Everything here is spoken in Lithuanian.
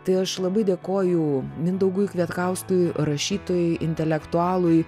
tai aš labai dėkoju mindaugui kvietkauskui rašytojui intelektualui